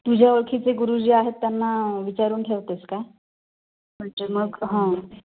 तुझ्या ओळखीचे गुरुजी आहेत त्यांना विचारून ठेवतेस का म्हणजे मग हां